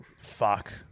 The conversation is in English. Fuck